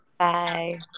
Bye